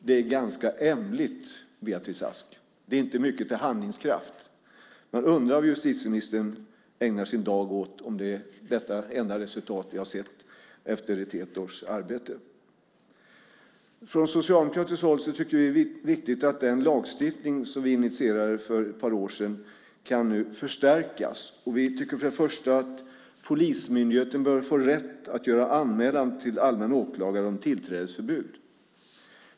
Det är ganska emligt, Beatrice Ask. Det är inte mycket till handlingskraft. Man undrar vad justitieministern ägnar sin dag åt om detta är det enda resultat vi har sett efter ett helt års arbete. Vi socialdemokrater tycker att det är viktigt att den lagstiftning som vi initierade för ett par år sedan nu kan förstärkas. Vi tycker för det första att polismyndigheten bör få rätt att göra anmälan till allmän åklagare om tillträdesförbud.